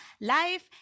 life